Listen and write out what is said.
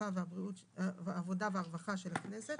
הרווחה והבריאות של הכנסת,